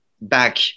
back